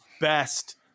best